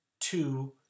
Two